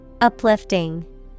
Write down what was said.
Uplifting